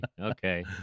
okay